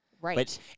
Right